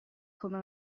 come